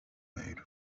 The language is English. made